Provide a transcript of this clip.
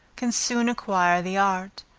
can soon acquire the art,